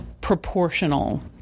proportional